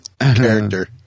character